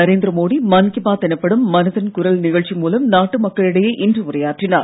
நரேந்திர மோடி மன் கி பாத் எனப்படும் மனதின் குரல் நிகழ்ச்சி மூலம் நாட்டு மக்களிடையே இன்று உரையாற்றினார்